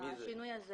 השינוי הזה